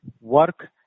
work